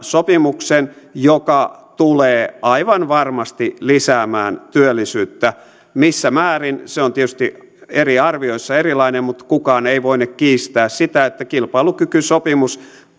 sopimuksen joka tulee aivan varmasti lisäämään työllisyyttä se missä määrin on tietysti eri arvioissa erilainen mutta kukaan ei voine kiistää sitä että kilpailukykysopimus